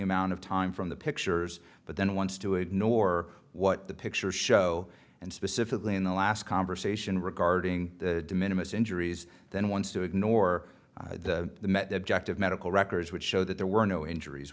amount of time from the pictures but then wants to ignore what the pictures show and specifically in the last conversation regarding the minimus injuries than wants to ignore the met objective medical records which show that there were no injuries